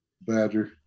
Badger